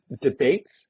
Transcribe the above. debates